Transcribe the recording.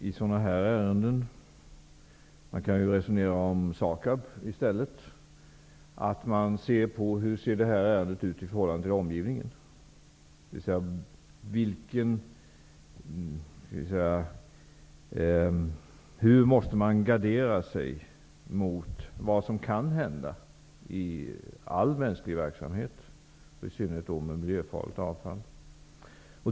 I sådana ärenden är det viktigt att man ser på ärendet i förhållande till omgivningen, dvs. hur man måste gardera sig mot vad som kan hända i all mänsklig verksamhet, i synnerhet när det gäller miljöfarligt avfall.